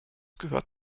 gehört